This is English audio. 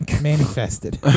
Manifested